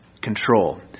control